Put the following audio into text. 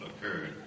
occurred